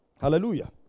Hallelujah